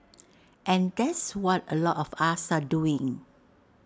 and that's what A lot of us are doing